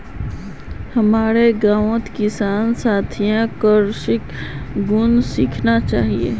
हमारो गांउत किसानक स्थायी कृषिर गुन सीखना चाहिए